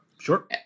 Sure